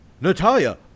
Natalia